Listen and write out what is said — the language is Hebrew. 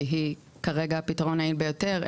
שהיא כרגע הפתרון היעיל ביותר,